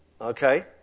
Okay